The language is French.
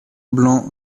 blanc